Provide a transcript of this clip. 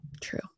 true